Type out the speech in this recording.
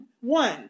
one